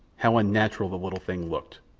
how unnatural the little thing looked.